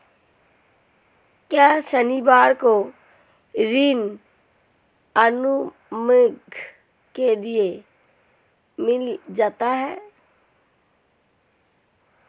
क्या शनिवार को ऋण अनुमानों के लिए गिना जाता है?